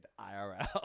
irl